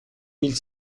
mille